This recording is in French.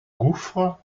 gouffre